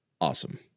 awesome